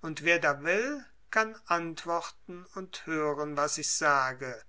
und wer da will kann antworten und hören was ich sage